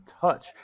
touch